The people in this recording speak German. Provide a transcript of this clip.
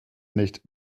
nicht